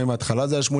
מה המצב שהיה כל